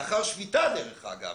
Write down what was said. לאחר שביתה דרך אגב,